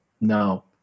No